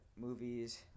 movies